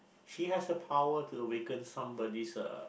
he has the power to awaken somebody's uh